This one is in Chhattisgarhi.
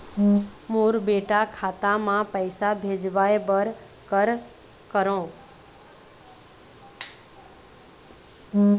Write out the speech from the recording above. मोर बेटा खाता मा पैसा भेजवाए बर कर करों?